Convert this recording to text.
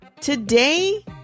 Today